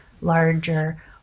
larger